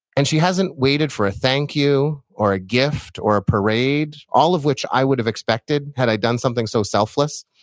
and she hasn't waited for a thank you or a gift or a parade, all of which i would have expected had i done something so selfless